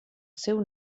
seu